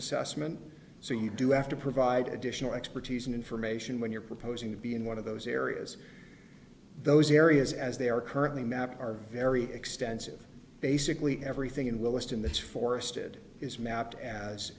assessment so you do have to provide additional expertise and information when you're proposing to be in one of those areas those areas as they are currently mapped are very extensive basically everything will list in this forested is mapped as